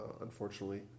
unfortunately